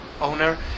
owner